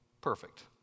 perfect